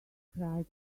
cried